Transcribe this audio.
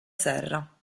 serra